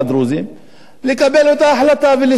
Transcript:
לקבל את ההחלטה ולהשתמש בתקדים הזה.